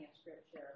Scripture